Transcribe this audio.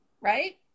right